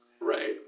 Right